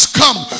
come